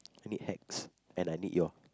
I need hacks and I need your